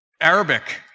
Arabic